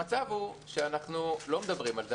המצב הוא שאנחנו לא מדברים על זה,